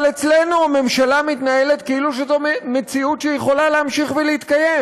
אבל אצלנו הממשלה מתנהלת כאילו זאת מציאות שיכולה להמשיך ולהתקיים,